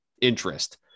interest